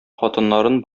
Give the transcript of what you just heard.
хатыннарын